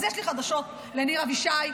אז יש לי חדשות לניר אבישי: